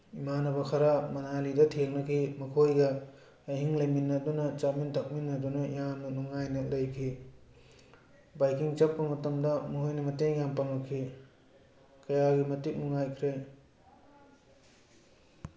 ꯏꯃꯥꯟꯅꯕ ꯈꯔ ꯃꯅꯥꯂꯤꯗ ꯊꯦꯡꯅꯈꯤ ꯃꯈꯣꯏꯒ ꯑꯍꯤꯡ ꯂꯩꯃꯤꯟꯅꯗꯅ ꯆꯥꯃꯤꯟ ꯊꯛꯃꯤꯟꯅꯗꯅ ꯌꯥꯝꯅ ꯅꯨꯡꯉꯥꯏꯅ ꯂꯩꯈꯤ ꯕꯥꯏꯛꯀꯤꯡ ꯆꯠꯄ ꯃꯇꯝꯗ ꯃꯈꯣꯏꯅ ꯃꯇꯦꯡ ꯌꯥꯝ ꯄꯥꯡꯉꯛꯈꯤ ꯀꯌꯥꯒꯤ ꯃꯇꯤꯛ ꯅꯨꯡꯉꯥꯏꯈ꯭ꯔꯦ